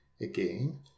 again